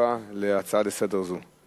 תשובה על הצעה זו לסדר-היום,